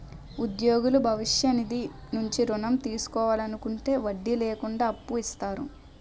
ఉద్యోగులు భవిష్య నిధి నుంచి ఋణం తీసుకోవాలనుకుంటే వడ్డీ లేకుండా అప్పు ఇస్తారు